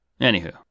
Anywho